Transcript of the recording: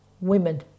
women